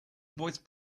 voice